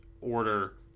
order